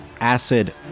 acid